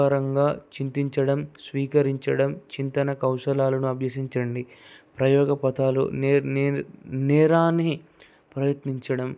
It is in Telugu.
సహకారంగా చింతించడం స్వీకరించడం చింతన కౌషలాలను అభ్యసించండి ప్రయోగ పతాలు నేర్ నే నేరాన్ని ప్రయత్నించడం